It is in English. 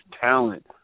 talent